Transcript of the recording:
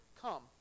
come